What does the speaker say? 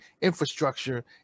infrastructure